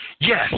Yes